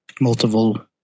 multiple